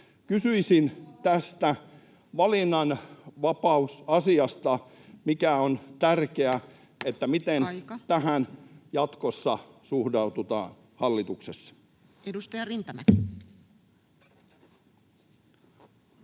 Kysyisin tästä valinnanvapausasiasta, mikä on tärkeä: miten [Puhemies: Aika!] tähän jatkossa suhtaudutaan hallituksessa? Edustaja Rintamäki.